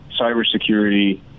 cybersecurity